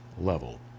level